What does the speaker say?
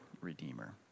redeemer